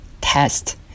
test